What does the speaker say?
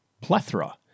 plethora